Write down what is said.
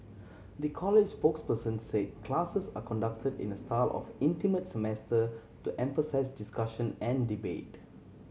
the college's spokesperson say classes are conducted in the style of intimate seminar to emphasise discussion and debate